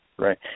Right